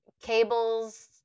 Cables